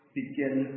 begin